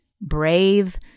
brave